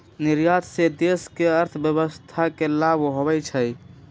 निर्यात से देश के अर्थव्यवस्था के लाभ होइ छइ